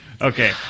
Okay